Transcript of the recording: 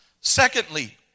Secondly